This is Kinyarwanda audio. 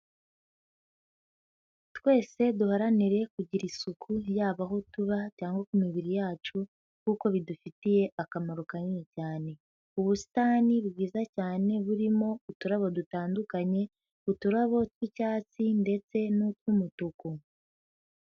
Twese duharanire kugira isuku yaba aho tuba cyangwa ku mibiri yacu kuko bidufitiye akamaro kanini cyane, ubusitani bwiza cyane burimo uturabo dutandukanye, uturabo tw'icyatsi ndetse n'utw'umutuku.